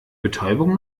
betäubung